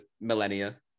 millennia